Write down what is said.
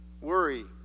worry